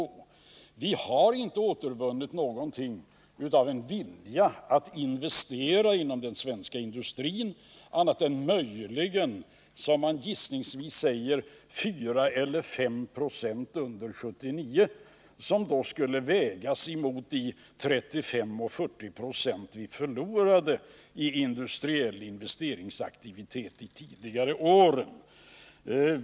Den svenska industrin har inte återvunnit någonting av viljan att investera annat än möjligen, som man gissningsvis säger, 4 eller 5 90 under 1979. Det skall då vägas mot de 35 å 40 2 vi förlorade i industriell investeringsaktivitet de tidigare åren.